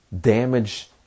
damage